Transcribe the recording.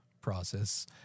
process